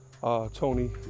tony